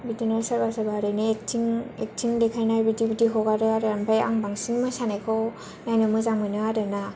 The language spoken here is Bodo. बिदिनो सोरबा सोरबा ओरैनो एक्टिं देखायनाय बिदि बिदि हगारो आरो नाथाय आं बांसिन मोसानायखौ नायनो मोजां मोनो आरोना